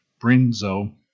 Brinzo